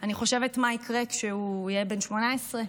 אני חושבת מה יקרה כשהוא יהיה בן 18,